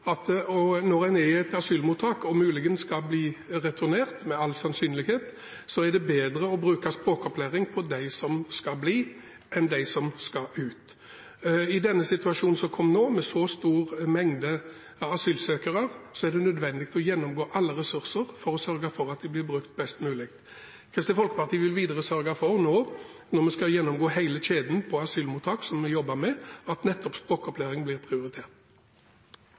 at: Er man i et asylmottak, og med all sannsynlighet skal bli returnert, så er det bedre å bruke språkopplæring på dem som skal bli, enn på dem som skal ut. I den situasjonen som har oppstått nå, med så store mengder asylsøkere, er det nødvendig å gjennomgå alle ressurser for å sørge for at de blir brukt best mulig. Kristelig Folkeparti vil videre sørge for at nettopp språkopplæring blir prioritert når vi nå skal gjennomgå hele kjeden på asylmottak – noe vi jobber med.